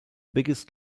biggest